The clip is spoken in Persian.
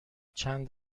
چند